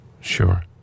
Sure